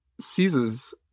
seizes